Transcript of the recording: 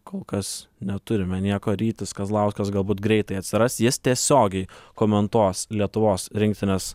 kol kas neturime nieko rytis kazlauskas galbūt greitai atsiras jis tiesiogiai komentuos lietuvos rinktinės